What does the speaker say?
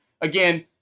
Again